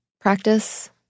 practice